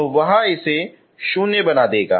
तो वह इसे 0 बना देगा